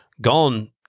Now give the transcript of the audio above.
gone